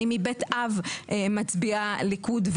אני מבית אב מצביעה ליכוד.